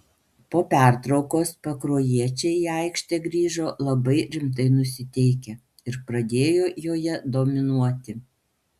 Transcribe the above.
po pertraukos pakruojiečiai į aikštę grįžo labai rimtai nusiteikę ir pradėjo joje dominuoti